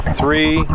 three